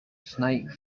snake